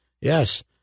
Yes